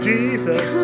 Jesus